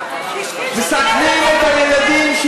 --- אתה מסכן את הילדים שלך.